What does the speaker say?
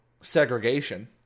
segregation